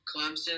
Clemson